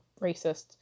racists